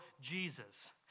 Jesus